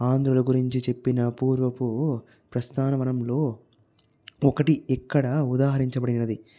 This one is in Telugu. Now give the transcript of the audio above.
ఆంధ్రుల గురించి చెప్పిన పూర్వపు ప్రస్థాన వనంలో ఒకటి ఇక్కడ ఉదహరించబడినది